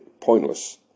pointless